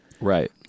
Right